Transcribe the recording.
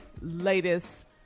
latest